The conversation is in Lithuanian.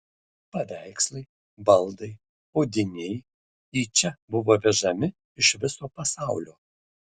paveikslai baldai audiniai į čia buvo vežami iš viso pasaulio